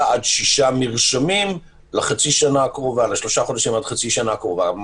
עד שישה מרשמים לשלושה חודשים עד החצי השנה הקרובה,